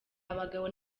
abagabo